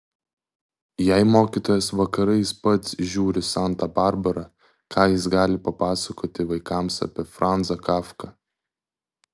jei mokytojas vakarais pats žiūri santą barbarą ką jis gali papasakoti vaikams apie franzą kafką